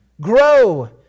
Grow